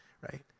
right